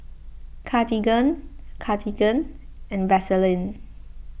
Cartigain Cartigain and Vaselin